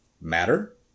matter